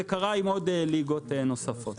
זה קרה עם עוד ליגות נוספות.